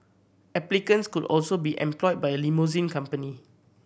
applicants could also be employed by a limousine company